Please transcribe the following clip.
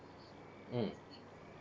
mm